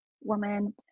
woman